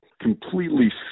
completely